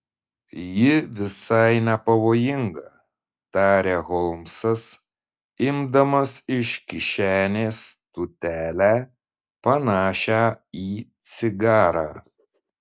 ji visai nepavojinga tarė holmsas imdamas iš kišenės tūtelę panašią į cigarą